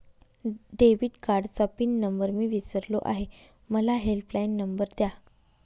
debit कार्डचा pin number मी विसरलो आहे मला हेल्पलाइन नंबर द्या